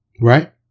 right